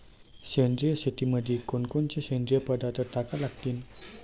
सेंद्रिय शेतीमंदी कोनकोनचे सेंद्रिय पदार्थ टाका लागतीन?